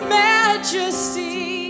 majesty